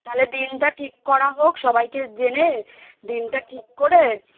তাহলে দিনটা ঠিক করা হোক সবাইকে জেনে দিনটা ঠিক করে